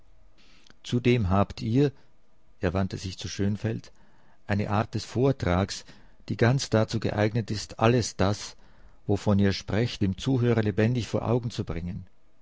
zudem habt ihr er wandte sich zu schönfeld eine art des vertrags die ganz dazu geeignet ist alles das wovon ihr sprecht dem zuhörer lebendig vor augen zu bringen